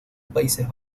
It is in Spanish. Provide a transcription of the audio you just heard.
países